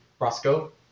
Roscoe